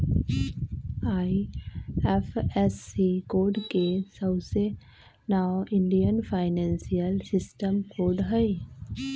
IFSC code के सऊसे नाओ इंडियन फाइनेंशियल सिस्टम कोड हई